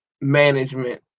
management